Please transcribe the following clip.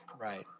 Right